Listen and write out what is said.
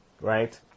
right